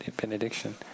benediction